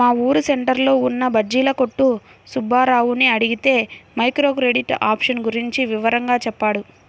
మా ఊరు సెంటర్లో ఉన్న బజ్జీల కొట్టు సుబ్బారావుని అడిగితే మైక్రో క్రెడిట్ ఆప్షన్ గురించి వివరంగా చెప్పాడు